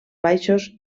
baixos